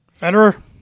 Federer